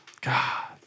God